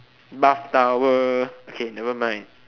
bath towel okay nevermind